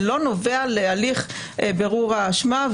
זה לא נובע להליך בירור האשמה.